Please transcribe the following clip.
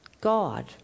god